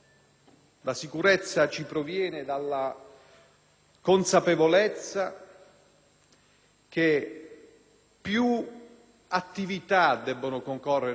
che più attività debbono concorrere a rimuovere un problema. Questo provvedimento, i provvedimenti di severità